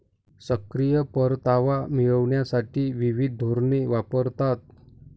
सक्रिय परतावा मिळविण्यासाठी विविध धोरणे वापरतात